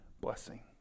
blessing